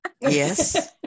Yes